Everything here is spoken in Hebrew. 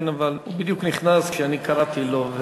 כן, אבל הוא בדיוק נכנס כשאני קראתי לו,